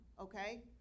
okay